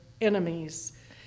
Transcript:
enemies